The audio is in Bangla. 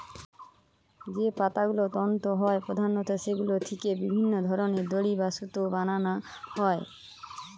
যে পাতাগুলো তন্তু হয় প্রধানত সেগুলো থিকে বিভিন্ন ধরনের দড়ি বা সুতো বানানা হয়